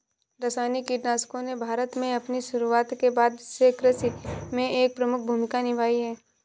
रासायनिक कीटनाशकों ने भारत में अपनी शुरूआत के बाद से कृषि में एक प्रमुख भूमिका निभाई हैं